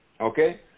Okay